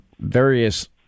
various